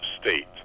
state